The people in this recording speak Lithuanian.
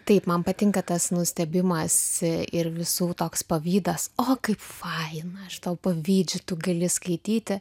taip man patinka tas nustebimas ir visų toks pavydas o kaip faina aš tau pavydžiu tu gali skaityti